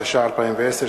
התש"ע 2010,